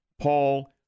Paul